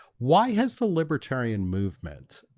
why has the libertarian movement?